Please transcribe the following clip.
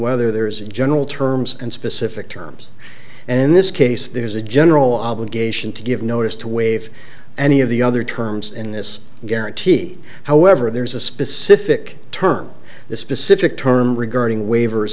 whether there is a general terms and specific terms and this case there's a general obligation to give notice to waive any of the other terms in this guarantee however there is a specific term the specific term regarding waivers